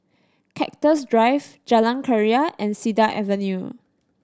Cactus Drive Jalan Keria and Cedar Avenue